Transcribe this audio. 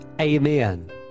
Amen